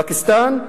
פקיסטן,